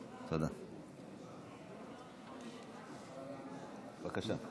בבקשה.